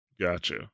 Gotcha